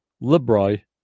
libri